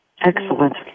Excellent